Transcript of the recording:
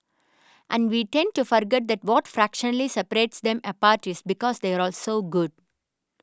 and we tend to forget that what fractionally separates them apart is because they are all so good